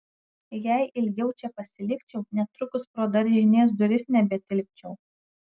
jei ilgiau čia pasilikčiau netrukus pro daržinės duris nebetilpčiau